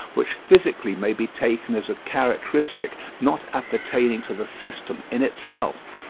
which physically may be taken as a characteristic not appertaining to the system in itself.